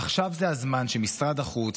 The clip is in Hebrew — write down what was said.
עכשיו הוא הזמן שבו משרד החוץ,